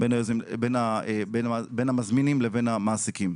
בין המזמינים לבין המעסיקים.